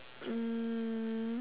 mm